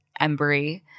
Embry